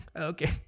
okay